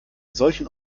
solchen